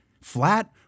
Flat